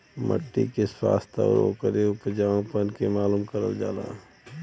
मट्टी के स्वास्थ्य आउर ओकरे उपजाऊपन के मालूम करल जाला